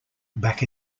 back